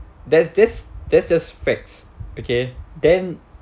that's that's just that's just facts okay then